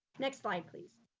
next slide, please.